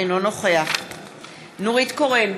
אינו נוכח נורית קורן,